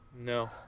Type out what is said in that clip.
No